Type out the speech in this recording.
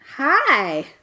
Hi